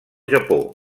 japó